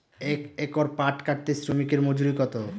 এক একর পাট কাটতে শ্রমিকের মজুরি কত?